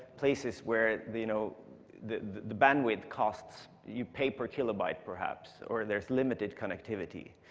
places where the you know the the bandwidth costs you pay per kilobyte, perhaps. or there's limited connectivity.